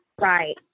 Right